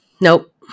Nope